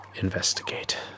investigate